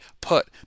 put